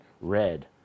red